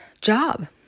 job